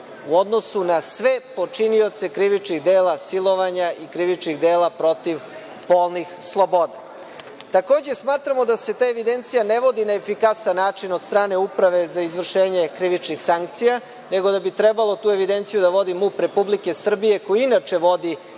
u odnosu na sve počinioce krivičnih dela silovanja i krivičnih dela protiv polnih sloboda. Takođe, smatramo da se ta evidencija ne vodi na efikasan način od strane uprave za izvršenje krivičnih sankcija, nego da bi trebalo tu evidenciju da vodi MUP Republike Srbije, koji inače vodi